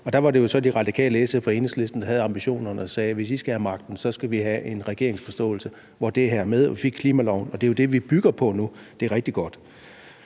Det var jo så De Radikale, SF og Enhedslisten, der havde ambitionerne, og som sagde, at vi, hvis I skal have magten, så også skal have en regeringsforståelse, hvor det her er med, og vi fik klimaloven. Og det er jo det, som vi nu bygger på, og det er rigtig godt.